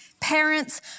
Parents